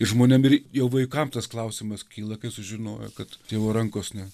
ir žmonėm ir jo vaikam tas klausimas kyla kai sužinojo kad tėvo rankos ne